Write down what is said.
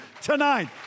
tonight